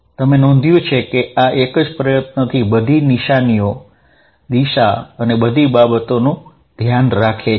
તમે નોંધો છે કે આ દરેક બાબત બધી નિશાનીઓ દિશા અને બધી બાબતોનું ધ્યાન રાખે છે